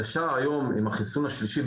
אפשר היום עם החיסון השלישי,